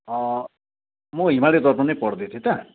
म हिमालय दर्पण नै पढ्दै थिएँ त